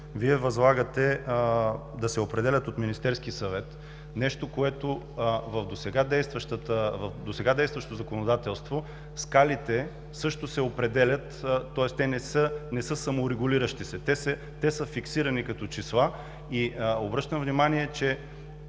Вие възлагате да се определят от Министерския съвет – в досега действащото законодателство скалите също се определят, тоест те не са саморегулиращи се, а са фиксирани като числа. Обръщам внимание, че